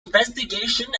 investigation